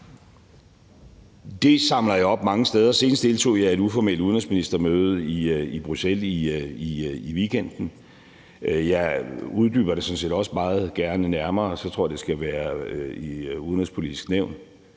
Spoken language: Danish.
Det samler jeg op mange steder. Senest deltog jeg i et uformelt udenrigsministermøde i Bruxelles i weekenden. Jeg uddyber det sådan set også meget gerne nærmere, men så tror jeg, det skal være i Det Udenrigspolitiske Nævn,